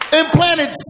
implanted